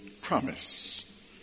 promise